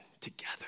together